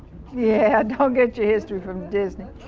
yeah, don't get your history from disney.